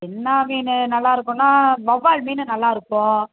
என்ன மீன் நல்லாருக்கும்ன்னா வௌவால் மீன் நல்லா இருக்கும்